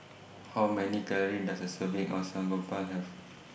How Many Calories Does A Serving of Samgeyopsal Have